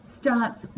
starts